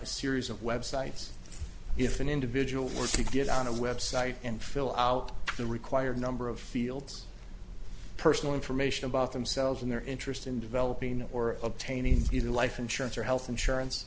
a series of websites if an individual were to get on a website and fill out the required number of fields personal information about themselves and their interest in developing or obtaining either life insurance or health insurance